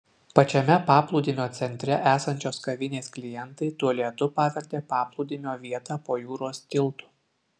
pačiame paplūdimio centre esančios kavinės klientai tualetu pavertė paplūdimio vietą po jūros tiltu